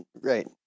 right